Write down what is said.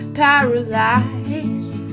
paralyzed